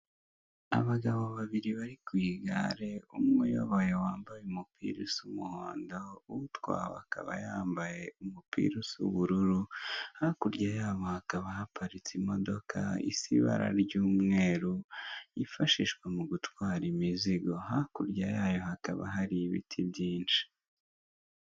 Abagabo babiri bari ku igare umwe uyoboye wambaye umupira w'umuhondo utwawe akaba umupira usa ubururu, hakurya yabo hakaba hapariritse imodoka isa ibara ry'umweru yifashishwa mu gutwara imizigo hakurya yayo hakaba hari ibiti byinshi.